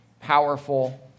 powerful